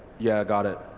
yeah got it.